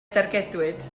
dargedwyd